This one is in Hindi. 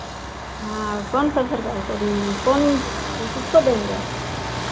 हाँ कौन सब सरकार को दे कौन कौन किसको देंगे